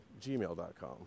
gmail.com